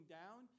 down